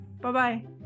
Bye-bye